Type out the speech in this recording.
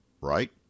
right